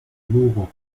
lugo